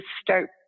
start